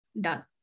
Done